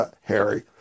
Harry